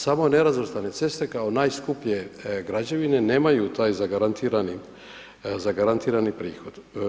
Samo nerazvrstane ceste kao najskuplje građevine nemaju taj zagarantirani prihod.